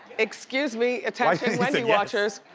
excuse me, attention wendy watchers.